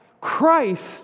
Christ